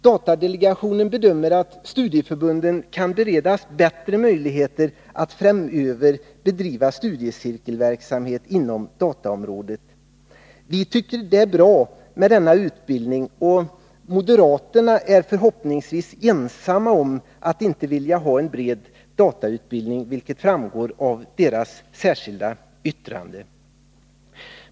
Datadelegationen bedömer att studieförbunden kan beredas bättre möjligheter att framöver bedriva studiecirkelverksamhet inom dataområdet. Vi tycker det är bra med denna utbildning. Moderaterna är förhoppningsvis ensamma om att inte vilja ha en bred datautbildning, vilket framgår av deras särskilda yttrande.